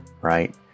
right